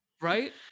right